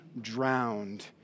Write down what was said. drowned